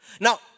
Now